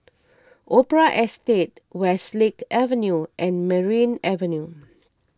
Opera Estate Westlake Avenue and Merryn Avenue